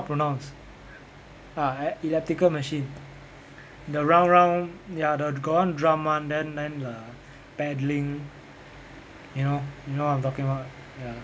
pronounce ah elliptical machine the round round ya the got one drum [one] then then the paddling you know you know what I'm talking about ya